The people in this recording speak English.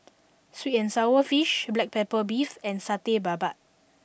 Sweet and Sour Fish Black Pepper Beef and Satay Babat